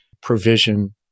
provision